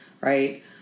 right